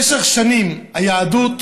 במשך שנים היהדות